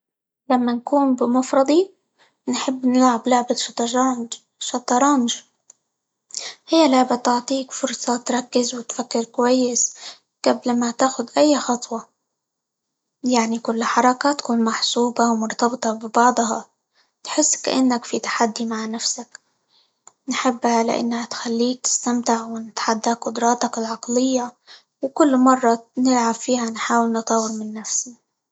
لما نكون بمفردي نحب نلعب لعبة -شطجانج- شطرانج، هى لعبة تعطيك فرصة تركز، وتفكر كويس قبل ما تاخد أي خطوة، يعني كل حركة تكون محسوبة، ومرتبطة ببعضها، تحس كإنك في تحدي مع نفسك نحبها؛ لأنها تخليك تستمتع، ونتحدى قدراتك العقلية، وكل مرة نلعب فيها نحاول نطور من نفسي.